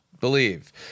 believe